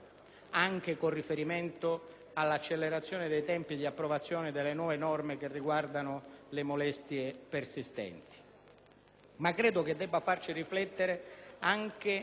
anche con riferimento all'accelerazione dei tempi di approvazione delle nuove norme che riguardano le molestie persistenti.